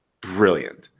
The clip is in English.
brilliant